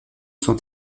sont